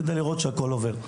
כדי לראות שהכל עובר.